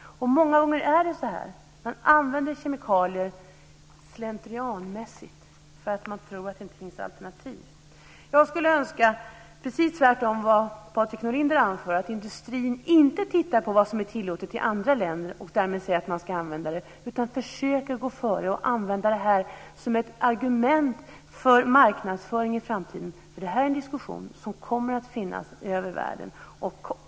Många gånger är det så här. Man använder kemikalier slentrianmässigt därför att man tror att det inte finns några alternativ. Jag skulle önska precis tvärtom mot det som Patrik Norinder anför - att industrin inte tittar på vad som är tillåtet i andra länder och därmed säger att man ska använda kemikalierna. I stället borde industrin försöka gå före och använda detta som ett argument i marknadsföringen i framtiden. Detta är en diskussion som kommer att föras över världen.